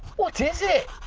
what is it?